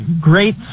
great